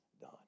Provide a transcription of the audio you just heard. done